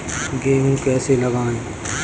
गेहूँ कैसे लगाएँ?